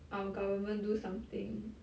our government do something